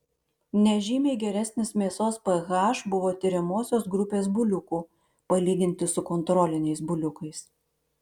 nežymiai geresnis mėsos ph buvo tiriamosios grupės buliukų palyginti su kontroliniais buliukais